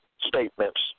statements